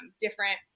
different